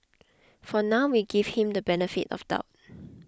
for now we give him the benefit of doubt